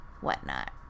whatnot